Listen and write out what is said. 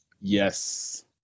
Yes